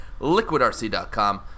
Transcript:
LiquidRC.com